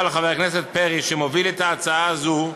אבל חבר הכנסת פרי, שמוביל את ההצעה הזו,